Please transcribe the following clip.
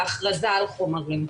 ההכרזה על חומרים.